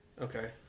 Okay